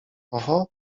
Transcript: oho